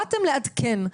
באתם לעדכן.